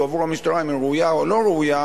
עבור המשטרה אם היא ראויה או לא ראויה,